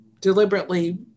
deliberately